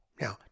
Now